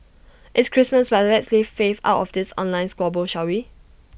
it's Christmas but let's leave faith out of this online squabble shall we